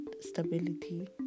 stability